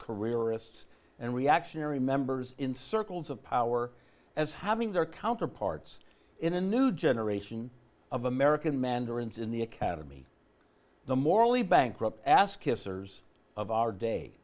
careerists and reactionary members in circles of power as having their counterparts in a new generation of american mandarins in the academy the morally bankrupt ass kissers of our day